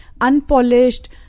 unpolished